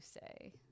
say